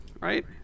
right